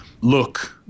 look